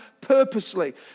purposely